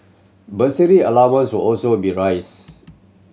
bursary allowance will also be rise